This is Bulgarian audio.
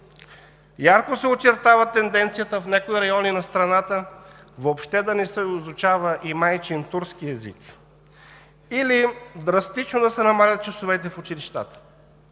Ярко се очертава тенденцията в някои райони на страната въобще да не се изучава и майчин турски език или драстично да се намаляват часовете в училищата.